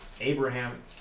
Abraham